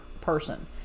person